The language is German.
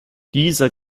dieser